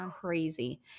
crazy